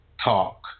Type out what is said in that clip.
talk